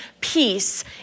peace